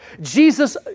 Jesus